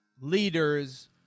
leaders